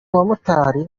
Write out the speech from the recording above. bamotari